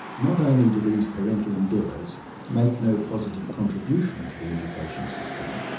not only do these parental endeavours make no positive contribution to the education system,